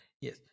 Yes